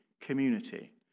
community